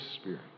Spirit